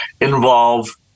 involve